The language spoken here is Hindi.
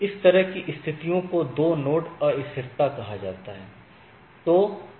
इस तरह की स्थितियों को दो नोड अस्थिरता कहा जाता है